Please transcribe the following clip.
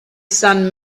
son